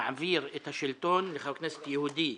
מעביר את השלטון לחבר כנסת יהודי,